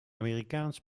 amerikaans